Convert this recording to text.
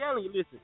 listen